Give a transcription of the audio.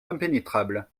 impénétrables